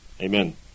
Amen